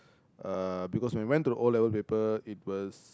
uh because when we went to the O-level paper it was